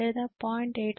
8 లేదా 0